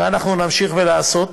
אנחנו נמשיך לעשות